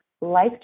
life